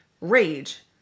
rage